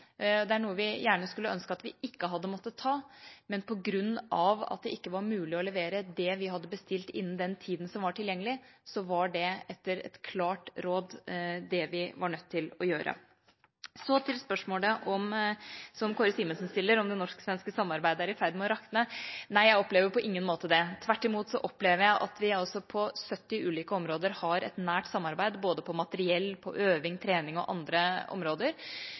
Det er en beslutning vi gjerne skulle ønske at vi ikke hadde måttet ta, men på grunn av at det ikke var mulig å levere det vi hadde bestilt, innen den tida som var tilgjengelig, var det, etter et klart råd, det vi var nødt til å gjøre. Så til spørsmålet som Kåre Simensen stiller, om det norsk-svenske samarbeidet er i ferd med å rakne. Nei, jeg opplever på ingen måte det. Tvert imot opplever jeg at vi på 70 ulike områder har et nært samarbeid, både på materiell, på øving, på trening og på andre områder.